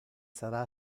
sarà